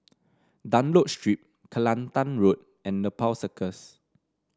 Dunlop Street Kelantan Road and Nepal Circus